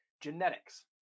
Genetics